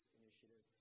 initiative